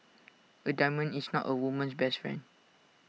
A diamond is not A woman's best friend